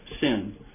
sin